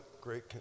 great